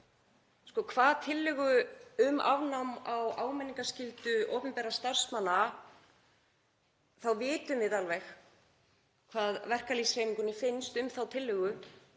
varðar tillögu um afnám áminningarskyldu opinberra starfsmanna þá vitum við alveg hvað verkalýðshreyfingunni finnst um þá tillögu.